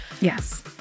yes